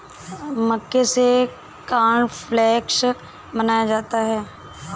मक्के से कॉर्नफ़्लेक्स बनाया जाता है